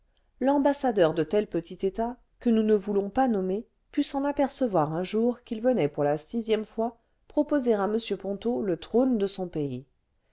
l'ambassadeur de tel petit état que nous ne voulons pas nommer put s'en apercevoir un jour qu'il venait pour la sixième fois proposer à m ponto le trône de son pays